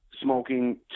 smoking